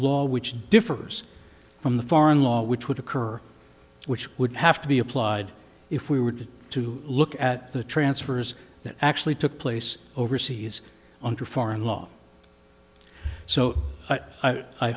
law which differs from the foreign law which would occur which would have to be applied if we were to look at the transfers that actually took place overseas on to foreign law so i